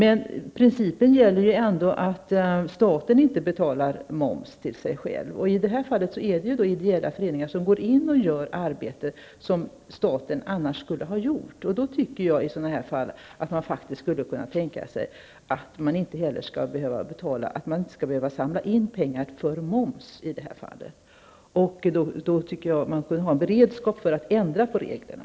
En princip som tillämpas är att staten inte betalar moms till sig själv. I det här fallet utför ideella föreningar arbete som staten annars skulle ha gjort, och jag tycker att de i sådana fall faktiskt inte skall behöva samla in pengar till moms. Jag tycker att man borde ha en beredskap för att ändra på reglerna.